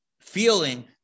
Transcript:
feeling